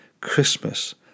Christmas